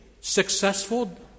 successful